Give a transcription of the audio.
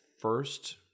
first